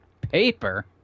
Paper